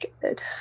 Good